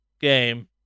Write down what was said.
game